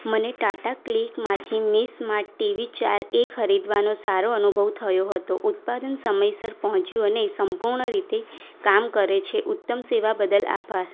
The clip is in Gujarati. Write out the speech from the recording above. મને ટાટા ક્લિકમાંથી મી સ્માર્ટ ટીવી ચાર એ ખરીદવાનો સારો અનુભવ થયો હતો ઉત્પાદન સમયસર પહોંચ્યું અને સંપૂર્ણ રીતે કામ કરે છે ઉત્તમ સેવા બદલ આભાર